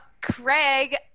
Craig